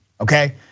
okay